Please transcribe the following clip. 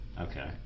Okay